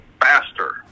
faster